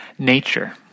Nature